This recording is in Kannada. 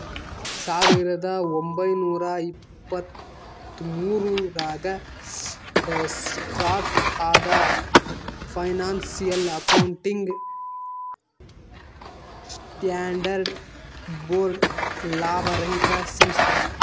ಸಾವಿರದ ಒಂಬೈನೂರ ಎಪ್ಪತ್ತ್ಮೂರು ರಾಗ ಸ್ಟಾರ್ಟ್ ಆದ ಫೈನಾನ್ಸಿಯಲ್ ಅಕೌಂಟಿಂಗ್ ಸ್ಟ್ಯಾಂಡರ್ಡ್ಸ್ ಬೋರ್ಡ್ ಲಾಭರಹಿತ ಸಂಸ್ಥೆ